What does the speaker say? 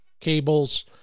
cables